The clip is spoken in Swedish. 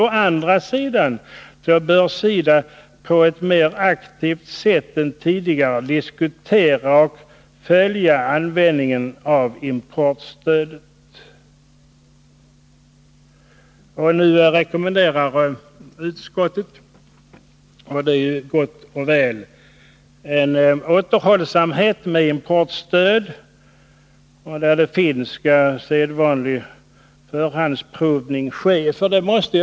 Å andra sidan sägs det, bör SIDA på ett mer aktivt sätt än tidigare diskutera och följa användningen av importstödet. Nu rekommenderar utskottet — och det är i och för sig bra — en återhållsamhet med importstöd, och där det finns skall sedvanlig förhandsprövning ske.